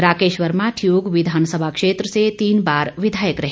राकेश वर्मा ठियोग विधानसभा क्षेत्र से तीन बार विधायक रहे